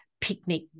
picnic